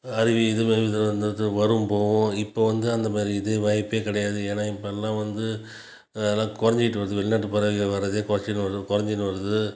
அருவி இது இதில் வரும் போகும் இப்போ வந்து அந்தமாரி இது வாய்ப்பே கிடையாது ஏன்னால் இப்போலான் வந்து அதெலான் குறஞ்சிட்டு வருது வெளிநாட்டு பறவைகள் வர்றதே குறஞ்சின்னு வருது குறஞ்சிட்டு வருது